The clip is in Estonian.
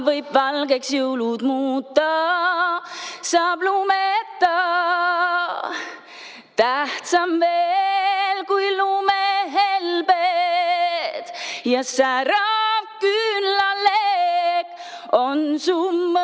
võib valgeks jõulud muuta, saab lumeta. Tähtsam veel kui lumehelbedja särav küünlaleekon su mõtted